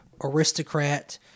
aristocrat